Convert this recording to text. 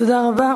תודה רבה.